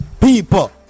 people